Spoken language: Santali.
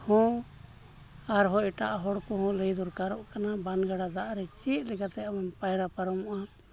ᱦᱚᱸ ᱟᱨᱦᱚᱸ ᱮᱴᱟᱜ ᱦᱚᱲ ᱠᱚᱦᱚᱸ ᱞᱟᱹᱭ ᱫᱚᱨᱠᱟᱨᱚᱜ ᱠᱟᱱᱟ ᱵᱟᱱ ᱜᱟᱰᱟ ᱫᱟᱜ ᱨᱮ ᱪᱮᱫ ᱞᱮᱠᱟᱛᱮ ᱟᱢᱮᱢ ᱯᱟᱭᱨᱟ ᱯᱟᱨᱚᱢᱚᱜᱼᱟ